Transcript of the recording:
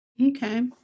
Okay